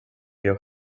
your